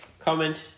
comment